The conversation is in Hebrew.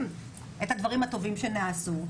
ומפתחים את הדברים הטובים בתוך הסיפור